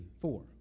Four